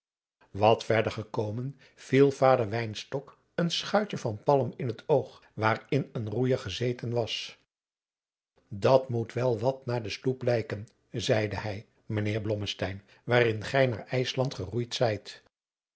wat verder gekomen viel vader wynstok een schuitje van palm in het oog waarin een roeijer gezeten was dat moet wel wat naar de sloep lijken zeide hij mijnheer blommesteyn waarin gij naar ijsland geroeid zijt